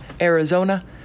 arizona